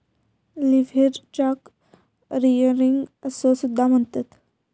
लीव्हरेजाक गियरिंग असो सुद्धा म्हणतत